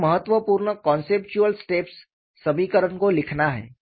तो महत्वपूर्ण conceptual steps समीकरण को लिखना है